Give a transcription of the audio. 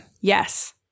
Yes